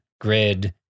grid